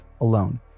alone